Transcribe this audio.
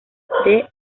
the